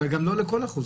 אבל גם לא לכל החוזרים.